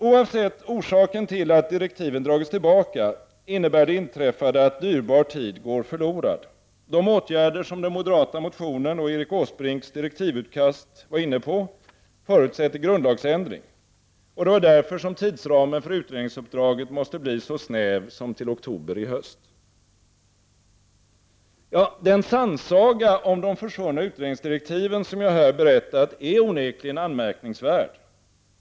Oavsett orsaken till att direktiven dragits tillbaka, innebär det inträffade att dyrbar tid går förlorad. De åtgärder som den moderata motionen och Erik Åsbrinks direktivutkast var inne på förutsätter grundlagsändring, och det var därför som tidsramen för utredningsuppdraget måste bli så snäv som till oktober i höst. Den sannsaga om de försvunna utredningsdirektiven som jag här berättat är onekligen anmärkningsvärd.